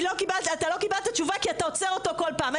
אתה לא קיבלת תשובה כי אתה עוצר אותו כל פעם.